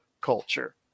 culture